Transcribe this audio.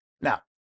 Now